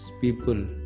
people